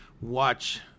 watch